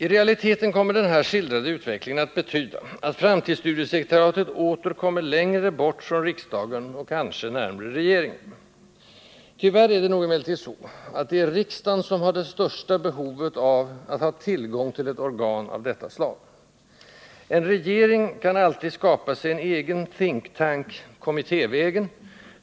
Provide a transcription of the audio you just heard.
I realiteten kommer den här skildrade utvecklingen att betyda att framtidsstudiesekretariatet åter kommer längre bort från riksdagen och förmodligen närmare regeringen. Tyvärr är det nog emellertid så att det är riksdagen som har det största behovet av att ha tillgång till ett organ av detta slag. En regering kan alltid skapa sig en egen think-tank kommittévägen